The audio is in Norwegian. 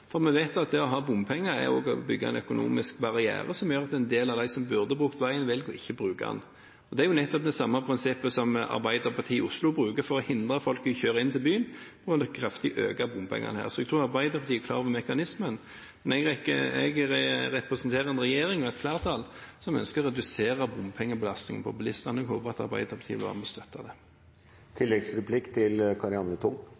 for vi vet at det å ha bompenger er å bygge en økonomisk barriere som gjør at en del av dem som burde brukt veien, velger å ikke bruke den. Det er nettopp det samme prinsippet som Arbeiderpartiet i Oslo bruker for å hindre folk i å kjøre inn til byen, når de kraftig øker bompengene her. Så jeg tror Arbeiderpartiet er klar over mekanismen. Jeg representerer en regjering og et flertall som ønsker å redusere bompengebelastningen på bilistene, og jeg håper at Arbeiderpartiet vil være med og støtte det. Jeg understreker at Arbeiderpartiet er for å